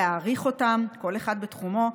להעריך אותם כל אחד בתחומו,